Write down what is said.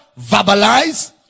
verbalize